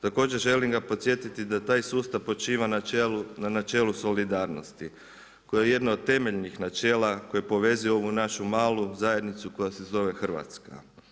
Također želim ga podsjetiti da taj sustav počiva na načelu solidarnosti koje je jedno od temeljnih načela koji povezuje ovu našu malu zajednicu koja se zove Hrvatska.